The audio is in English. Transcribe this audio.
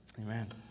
Amen